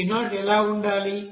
b0 ఎలా ఉండాలి